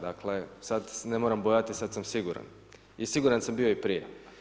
Dakle, sada se ne moram bojati, sada sam siguran i siguran sam bio i prije.